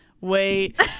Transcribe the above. Wait